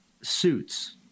suits